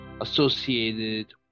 associated